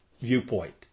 viewpoint